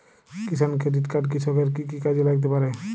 কিষান credit card কৃষকের কি কি কাজে লাগতে পারে?